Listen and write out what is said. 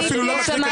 אני אפילו לא מקריא,